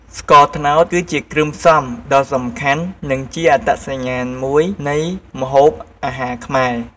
ស្ករត្នោត គឺជាគ្រឿងផ្សំដ៏សំខាន់ និងជាអត្តសញ្ញាណមួយនៃម្ហូបអាហារខ្មែរ។